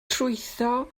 trwytho